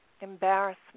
embarrassment